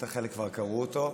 בטח חלק כבר קראו אותו,